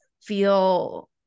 feel